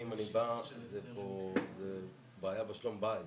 ההערה שאני התייחסתי אליה היא הערה שהתייחסה לסעיף במתכונתו